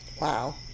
Wow